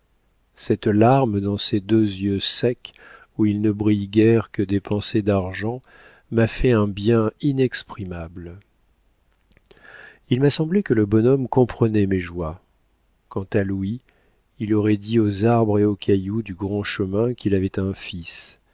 cette larme dans ces deux yeux secs où il ne brille guère que des pensées d'argent m'a fait un bien inexprimable il m'a semblé que le bonhomme comprenait mes joies quant à louis il aurait dit aux arbres et aux cailloux du grand chemin qu'il avait un fils